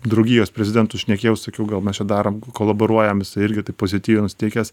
draugijos prezidentu šnekėjau sakiau gal mes čia darom kolaboruojam jisai irgi taip pozityviai nusiteikęs